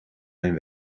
mijn